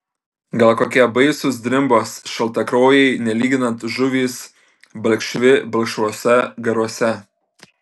gal kokie baisūs drimbos šaltakraujai nelyginant žuvys balkšvi balkšvuose garuose